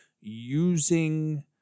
using